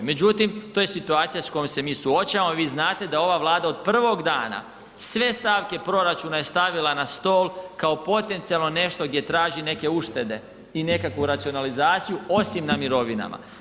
Međutim, to je situacija s kojom se mi suočavamo i vi znate da ova Vlada od prvog dana sve stavke proračuna je stavila na stol kao potencijalno nešto gdje traži neke uštede i nekakvu racionalizaciju, osim na mirovinama.